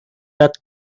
let